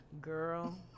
girl